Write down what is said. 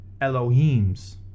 Elohim's